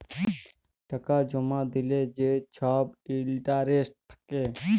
টাকা জমা দিলে যে ছব ইলটারেস্ট থ্যাকে